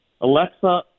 alexa